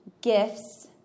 gifts